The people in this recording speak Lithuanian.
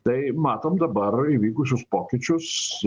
tai matom dabar įvykusius pokyčius